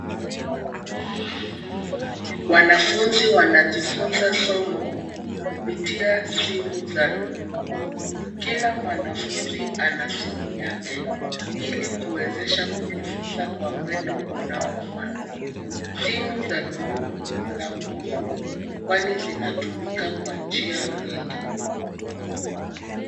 Wanafunzi wanajifunza somo kupitia simu za rununu. Kila mwanafunzi ana simu yake, ili kuwezesha kujifunza kwa mwendo unaofaa. Simu za rununu ni za muhimu, kwani zinatumika kwa njia nyingi.